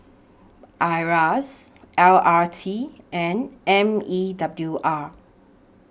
IRAS L R T and M E W R